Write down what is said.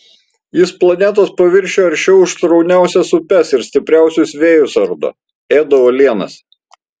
jis planetos paviršiuje aršiau už srauniausias upes ir stipriausius vėjus ardo ėda uolienas